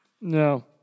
No